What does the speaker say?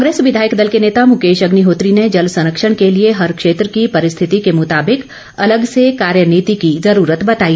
कांग्रेस विधायक दल के नेता मुकेश अग्निहोत्री ने जल संरक्षण के लिए हर क्षेत्र की परिस्थिति के मुताबिक अलग से कार्य नीति की जरूरत बताई